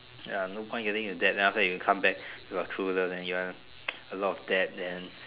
ya no point getting a debt then after that you come back with your true love then you want a lot of debt then